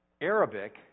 Arabic